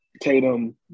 Tatum